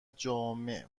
جامع